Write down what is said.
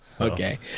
Okay